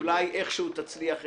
שאולי איכשהו תצליח לגשר.